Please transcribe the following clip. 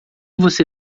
você